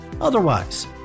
Otherwise